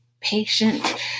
patient